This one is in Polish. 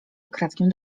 ukradkiem